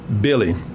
billy